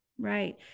Right